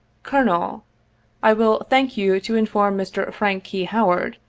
colonel i will thank you to inform mr. frank key howard,